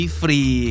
free